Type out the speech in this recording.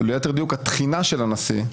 ליתר דיוק התחינה של הנשיא,